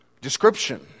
description